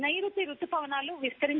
నైరుతి రుతుపవనాల విస్తరణ